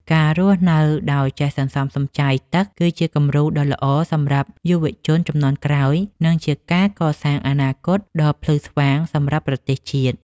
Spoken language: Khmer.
ការរស់នៅដោយចេះសន្សំសំចៃទឹកគឺជាគំរូដ៏ល្អសម្រាប់យុវជនជំនាន់ក្រោយ និងជាការកសាងអនាគតដ៏ភ្លឺស្វាងសម្រាប់ប្រទេសជាតិ។